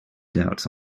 doubts